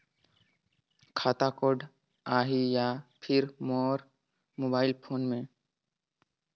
खाता कोड आही या फिर मोर मोबाइल फोन मे?